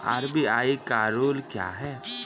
RBI का rule क्या हैं?